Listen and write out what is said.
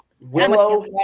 Willow